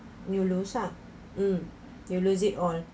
you lose ah mm you lose it all